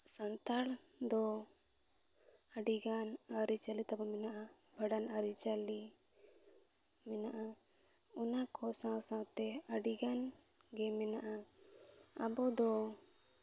ᱥᱟᱱᱛᱟᱲ ᱫᱚ ᱟᱹᱰᱤᱜᱟᱱ ᱟᱹᱨᱤᱪᱟᱹᱞᱤ ᱛᱟᱵᱚᱱ ᱢᱮᱱᱟᱜᱼᱟ ᱵᱷᱟᱸᱰᱟᱱ ᱟᱹᱨᱤᱪᱟᱹᱞᱤ ᱢᱮᱱᱟᱜᱼᱟ ᱚᱱᱟ ᱠᱚ ᱥᱟᱶ ᱥᱟᱶᱛᱮ ᱟᱹᱰᱤᱜᱟᱱ ᱜᱮ ᱢᱮᱱᱟᱜᱼᱟ ᱟᱵᱚᱫᱚ